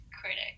critic